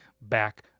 back